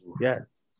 yes